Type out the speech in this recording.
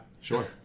sure